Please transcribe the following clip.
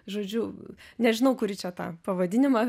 žodžiu nežinau kurį čia tą pavadinimą